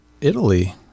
Italy